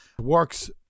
works